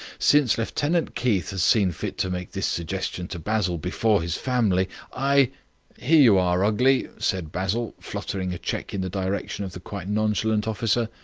since lieutenant keith has seen fit to make this suggestion to basil before his family, i here you are, ugly, said basil, fluttering a cheque in the direction of the quite nonchalant officer.